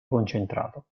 concentrato